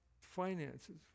finances